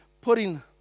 putting